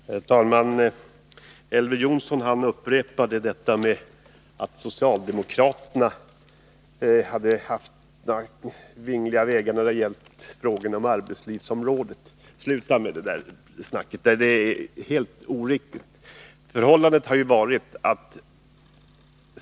Fru talman! Elver Jonsson upprepade detta med att socialdemokraternas steg hade varit vingliga då det gällt frågor inom arbetslivsområdet. Sluta med det talet! Det är helt oriktigt.